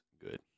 good